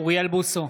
אוריאל בוסו,